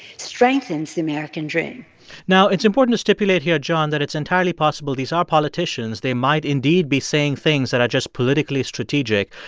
strengthens the american dream now, it's important to stipulate here, john, that it's entirely possible these are politicians. they might indeed be saying things that are just politically strategic.